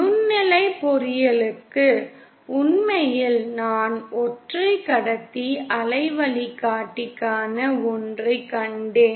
நுண்ணலை பொறியியலுக்கு உண்மையில் நான் ஒற்றை கடத்தி அலை வழிகாட்டிக்கான ஒன்றை கண்டேன்